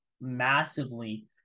massively